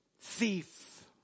thief